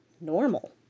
normal